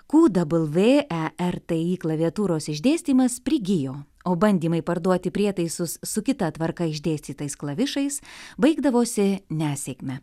ku dabl vė e r t i klaviatūros išdėstymas prigijo o bandymai parduoti prietaisus su kita tvarka išdėstytais klavišais baigdavosi nesėkme